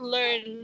Learn